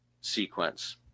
sequence